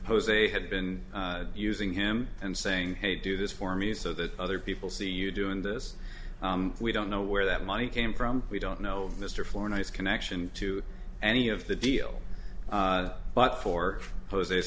jose had been using him and saying hey do this for me so that other people see you doing this we don't know where that money came from we don't know mr floor and its connection to any of the deal but for jose's